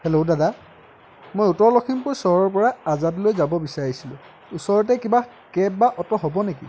hello দাদা মই উত্তৰ লখিমপুৰ চহৰৰ পৰা আজাদলৈ যাব বিচাৰিছোঁ ওচৰতে কিবা কেব বা অট' হ'ব নেকি